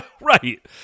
Right